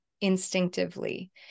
instinctively